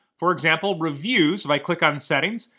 for example, reviews, if i click on settings,